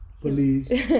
Police